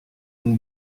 une